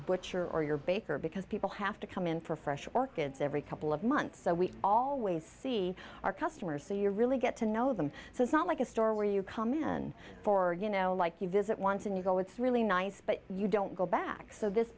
butcher or your baker because people have to come in for fresh orchids every couple of months so we always see our customers so you really get to know them so it's not like a store where you come in for you know like you visit once and you go it's really nice but you don't go back so this